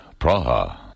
Praha